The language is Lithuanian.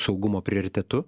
saugumo prioritetu